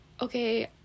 okay